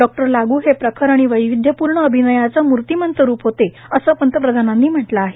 doctor Lagoo हे प्रखर आणि वैविध्यपूर्ण अभिनयाचं मूर्तिमंत रूप होते असं पंतप्रधानांनी म्हटलं आहे